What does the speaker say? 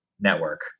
network